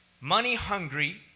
money-hungry